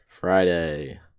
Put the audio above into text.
Friday